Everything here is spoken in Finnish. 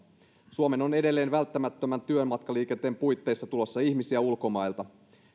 suomeen on edelleen välttämättömän työmatkaliikenteen puitteissa tulossa ihmisiä ulkomailta